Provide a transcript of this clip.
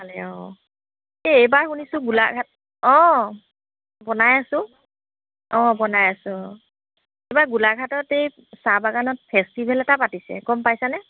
ভালেই অঁ অঁ এই এইবাৰ শুনিছোঁ গোলাঘাট অঁ বনাই আছোঁ অঁ বনাই আছোঁ অঁ এইবাৰ গোলাঘাটত এই চাহ বাগানত ফেষ্টিভেল এটা পাতিছে গম পাইছানে